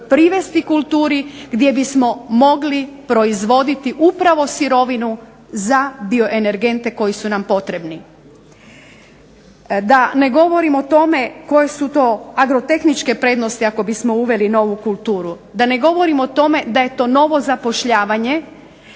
privesti kulturi gdje bismo mogli proizvoditi upravo sirovinu za bioenergente koji su nam potrebni. Da ne govorim o tome koje su to agrotehničke prednosti ako bismo uveli novu kulturu, da ne govorim o tome da je to novo zapošljavanje